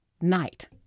night